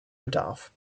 bedarf